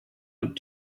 want